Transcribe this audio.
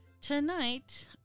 Tonight